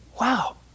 Wow